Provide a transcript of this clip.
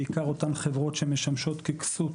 בעיקר אותן חברות שמשמשות כסות